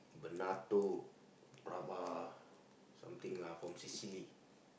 Bernato-Brava something lah from Sicily